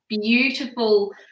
beautiful